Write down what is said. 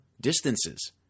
distances